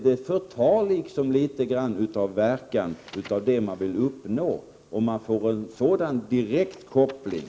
Det förtar på något sätt litet av den verkan man vill uppnå om man får en sådan direkt koppling.